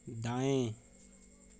दायें